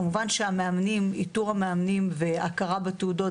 כמובן שאיתור המאמנים והכרה בתעודות